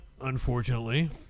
unfortunately